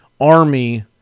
Army